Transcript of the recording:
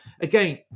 again